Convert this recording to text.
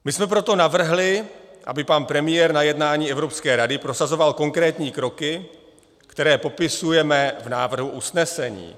My jsme proto navrhli, aby pan premiér na jednání Evropské rady prosazoval konkrétní kroky, které popisujeme v návrhu usnesení.